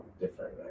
different